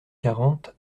quarante